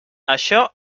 això